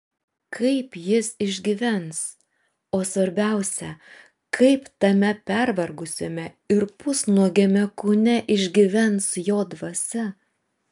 kaip jis išgyvens o svarbiausia kaip tame pervargusiame ir pusnuogiame kūne išgyvens jo dvasia